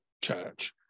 church